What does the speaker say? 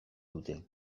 dute